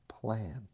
plan